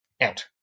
out